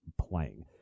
playing